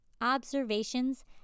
Observations